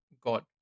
God